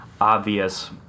obvious